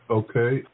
okay